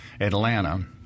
Atlanta